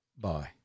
Bye